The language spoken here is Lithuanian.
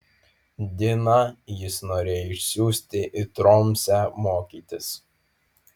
diną jis norėjo išsiųsti į tromsę mokytis